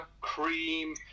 cream